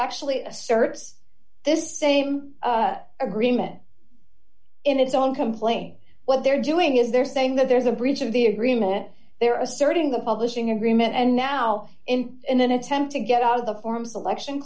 actually asserts this same agreement in its own complaint what they're doing is they're saying that there's a breach of the agreement they're asserting the publishing agreement and now in an attempt to get out of the form selection